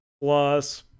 plus